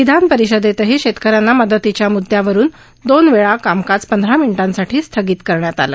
विधान परिषदेतही शेतकऱ्यांना मदतीच्या मुद्द्यावरूनच दोन वेळा कामकाज पंधरा मिनिटांसाठी स्थगित करण्यात आलं